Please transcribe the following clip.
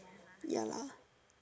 ya lah